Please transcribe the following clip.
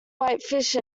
whitefish